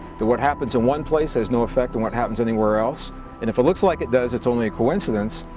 that what happens in one place has no effect on and what happens anywhere else, and if it looks like it does, it's only a coincidence.